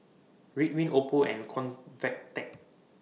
Ridwind Oppo and Convatec